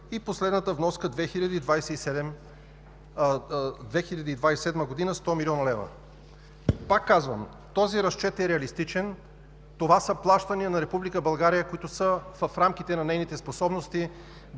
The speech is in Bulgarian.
и последната вноска 2027 г. – 100 млн. лв. Пак казвам, този разчет е реалистичен, това са плащания на Република България, които са в рамките на нейните способности,